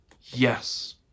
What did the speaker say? Yes